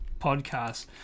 podcast